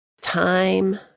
Time